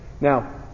Now